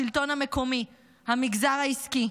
השלטון המקומי, המגזר העסקי,